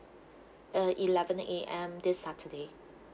uh eleven A_M this saturday